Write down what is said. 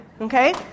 Okay